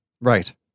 Right